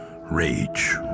rage